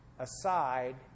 aside